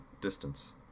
distance